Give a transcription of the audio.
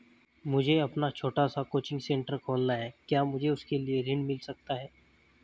मुझे अपना छोटा सा कोचिंग सेंटर खोलना है क्या मुझे उसके लिए ऋण मिल सकता है?